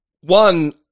one